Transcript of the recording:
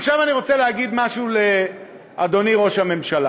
עכשיו אני רוצה להגיד משהו לאדוני ראש הממשלה.